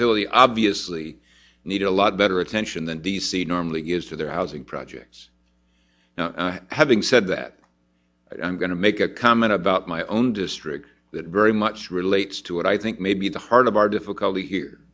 silly obviously needed a lot better attention than d c normally is to their housing projects now having said that i'm going to make a comment about my own district that very much relates to what i think maybe the heart of our difficulty here